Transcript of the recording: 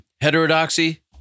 Heterodoxy